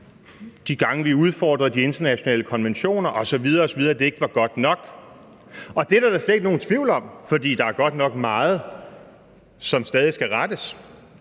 de gange, vi udfordrede de internationale konventioner osv. osv., ikke var godt nok. Og det er der da slet ikke nogen tvivl om, for der er godt nok meget, som stadig skal rettes.